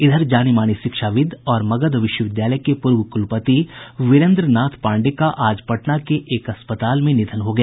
इधर जाने माने शिक्षाविद् और मगध विश्वविद्यालय के पूर्व कुलपति वीरेन्द्र नाथ पांडेय का आज पटना के एक अस्पताल में निधन हो गया